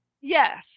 Yes